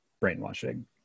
brainwashing